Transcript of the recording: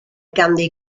ganddi